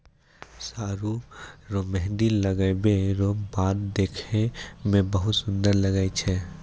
सरु रो मेंहदी लगबै रो बाद देखै मे बहुत सुन्दर लागै छै